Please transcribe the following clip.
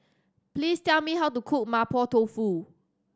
please tell me how to cook Mapo Tofu